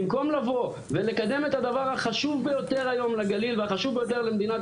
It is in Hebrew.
במקום לבוא ולקדם את הדבר החשוב ביותר לגליל והחשוב ביותר למדינת